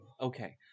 Okay